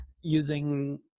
using